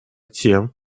тем